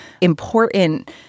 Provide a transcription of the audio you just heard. important